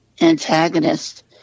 antagonist